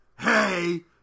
hey